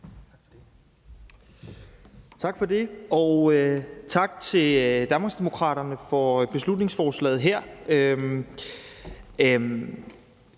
Tak for det, og tak til Danmarksdemokraterne for beslutningsforslaget her.